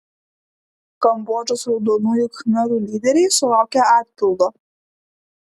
kambodžos raudonųjų khmerų lyderiai sulaukė atpildo